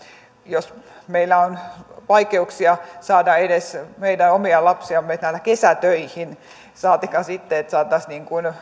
jos meillä on vaikeuksia saada edes meidän omia lapsiamme täällä kesätöihin saatikka sitten että saataisiin